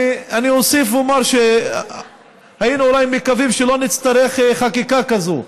אני אוסיף ואומר שאפשר לקוות שלא נצטרך חקיקה כזאת,